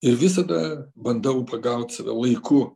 ir visada bandau pagaut save laiku